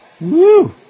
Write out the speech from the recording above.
Woo